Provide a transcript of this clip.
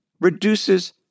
reduces